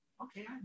okay